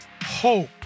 hope